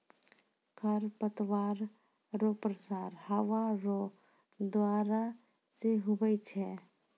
खरपतवार रो प्रसार हवा रो द्वारा से हुवै छै